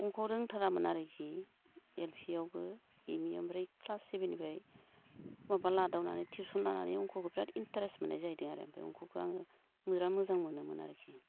अंख' रोंथारामोन आरखि L P आवबो एम इ ओमफ्राय क्लास सेभेन निफ्राय माबा लादावनानै टिउसन लानानै अंख'खौ बिराद इन्ट्रेस्ट मोननाय जाहैदों आरो ओमफाय अंख'खौ आङो बिराद मोजां मोनोमोन आरखि